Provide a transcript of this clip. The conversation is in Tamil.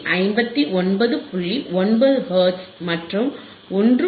9 ஹெர்ட்ஸ் மற்றும் 1